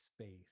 space